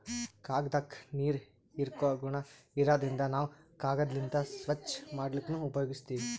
ಕಾಗ್ದಾಕ್ಕ ನೀರ್ ಹೀರ್ಕೋ ಗುಣಾ ಇರಾದ್ರಿನ್ದ ನಾವ್ ಕಾಗದ್ಲಿಂತ್ ಸ್ವಚ್ಚ್ ಮಾಡ್ಲಕ್ನು ಉಪಯೋಗಸ್ತೀವ್